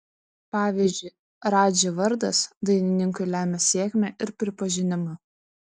pavyzdžiui radži vardas dainininkui lemia sėkmę ir pripažinimą